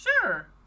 Sure